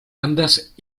andas